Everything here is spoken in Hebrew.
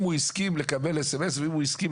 אם הוא הסכים לקבל SMS או הודעה,